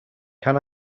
can